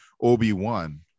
Obi-Wan